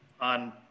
on